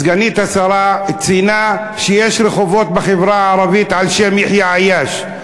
סגנית השר ציינה שיש רחובות בחברה הערבית על-שם יחיא עיאש.